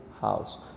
house